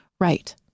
right